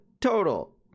total